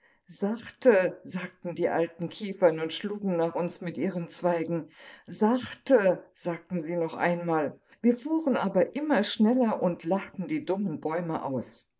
sachte sagten die alten kiefern und schlugen nach uns mit ihren zweigen sachte sagten sie noch einmal wir fuhren aber immer schneller und lachten die dummen bäume aus